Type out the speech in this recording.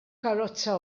karozza